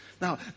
Now